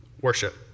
worship